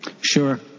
Sure